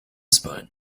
spine